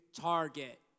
Target